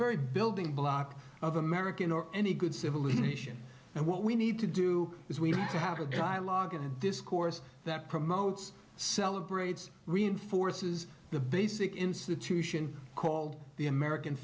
very building block of american or any good civilization and what we need to do is we need to have a dialogue and discourse that promotes celebrates reinforces the basic institution called the american